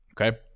Okay